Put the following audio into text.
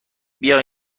بیا